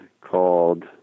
called